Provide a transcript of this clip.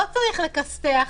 לא צריך לכסת"ח,